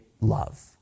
love